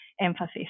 emphasis